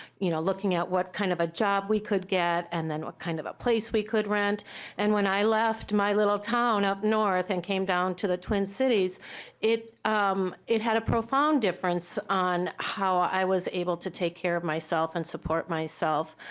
you know looking at what kind of a job we could get and what kind of a place we could rent and when i left my little town up north and came down to the twin cities it um it had a profound difference on how i was able to take care of myself and support myself.